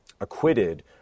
acquitted